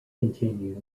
continued